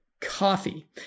coffee